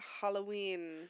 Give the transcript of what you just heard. Halloween